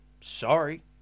Sorry